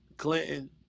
Clinton